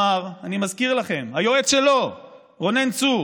אני מזכיר לכם, היועץ שלו רונן צור